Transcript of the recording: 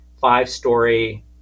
five-story